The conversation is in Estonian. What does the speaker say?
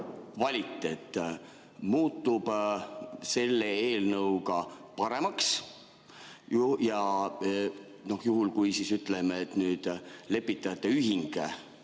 muutub selle eelnõuga paremaks, juhul kui, ütleme, nüüd lepitajate ühing